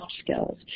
skills